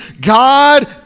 God